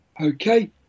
Okay